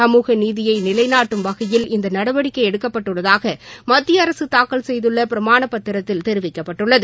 சமூக நீதியை நிலைநாட்டும் வகையில் இந்த நடவடிக்கை எடுக்கப்பட்டுள்ளதாக மத்திய அரசு தாக்கல் செய்துள்ள பிரமாண பத்திரத்தில் தெரிவிக்கப்பட்டுள்ளது